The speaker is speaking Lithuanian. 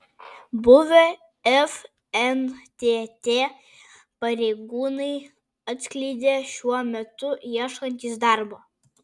buvę fntt pareigūnai atskleidė šiuo metu ieškantys darbo